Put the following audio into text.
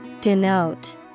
Denote